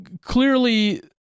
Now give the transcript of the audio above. clearly